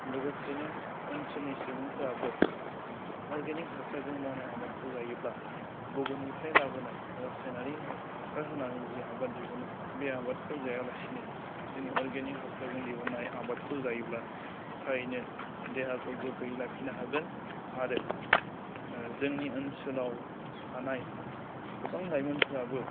लोगोसेनो ओनसोलनि सुबुंफ्राबो अरगेनिक हासारजों मावनाय आबादखौ जायोब्ला गुबुननिफ्राय लाबोनाय रासायनारि हासार होनानै जि आबाद दिहुनो बे आबादखौ जायालासिनो जोंनि अरगेनिक हासारजों दिहुननाय आबादखौ जायोब्ला थारैनो देहाखौ गोग्गोयै लाखिनो हागोन आरो जोंनि ओनसोलाव थानाय गोबां लाइमोनफ्राबो